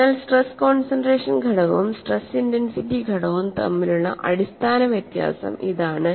അതിനാൽ stress concentration ഘടകവും stress intensity ഘടകവും തമ്മിലുള്ള അടിസ്ഥാന വ്യത്യാസം ഇതാണ്